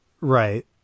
Right